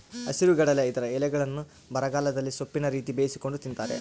ಹಸಿರುಗಡಲೆ ಇದರ ಎಲೆಗಳ್ನ್ನು ಬರಗಾಲದಲ್ಲಿ ಸೊಪ್ಪಿನ ರೀತಿ ಬೇಯಿಸಿಕೊಂಡು ತಿಂತಾರೆ